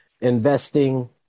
investing